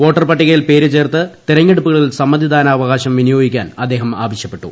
voter പട്ടികയിൽ പേര് ചേർത്ത് തെരഞ്ഞെടുപ്പുകളിൽ സമ്മതിദാനാവകാശം വിനിയോഗിക്കാൻ അദ്ദേഹം ആവശ്യപ്പെട്ടു